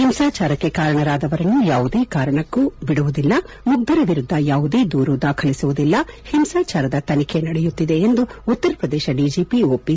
ಹಿಂಸಾಚಾರಕ್ಕೆ ಕಾರಣರಾದವರನ್ನು ಯಾವುದೇ ಕಾರಣಕ್ಕೂ ಬಿಡುವುದಿಲ್ಲ ಮುಗ್ಧರ ವಿರುದ್ದ ಯಾವುದೇ ದೂರು ದಾಖಲಿಸುವುದಿಲ್ಲ ಹಿಂಸಾಚಾರದ ತನಿಖೆ ನಡೆಯುತ್ತಿದೆ ಎಂದು ಉತ್ತರ ಪ್ರದೇಶ ಡಿಜಿಪಿ ಒಪಿ